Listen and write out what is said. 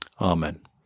Amen